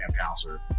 counselor